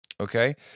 okay